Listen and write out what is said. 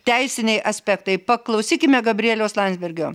teisiniai aspektai paklausykime gabrieliaus landsbergio